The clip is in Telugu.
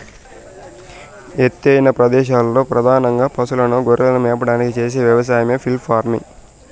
ఎత్తైన ప్రదేశాలలో పధానంగా పసులను, గొర్రెలను మేపడానికి చేసే వ్యవసాయమే హిల్ ఫార్మింగ్